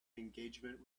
engagement